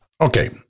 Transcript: Okay